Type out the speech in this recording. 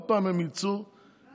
עוד פעם הם יצאו וישלמו.